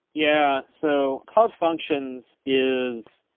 yeah. so cloud functions is,